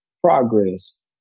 progress